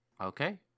Okay